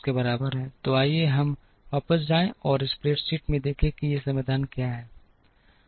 तो आइए हम वापस जाएं और स्प्रेडशीट में देखें कि ये समाधान क्या हैं